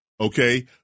okay